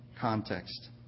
context